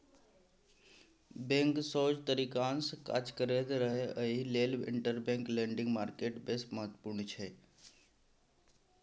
bank सोझ तरीकासँ काज करैत रहय एहि लेल इंटरबैंक लेंडिंग मार्केट बेस महत्वपूर्ण छै